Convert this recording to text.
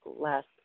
last